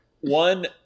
one